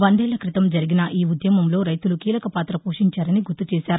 వందేళ్ల క్రితం జరిగిన ఈ ఉద్యమంలో రైతులు కీలక పాత పోషించారని గుర్తుచేశారు